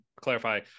clarify